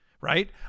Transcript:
right